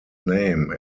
name